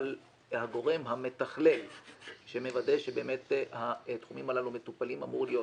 אבל הגורם המתכלל שמוודא שבאמת התחומים הללו מטופלים אמור להיות